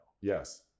Yes